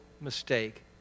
mistake